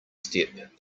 step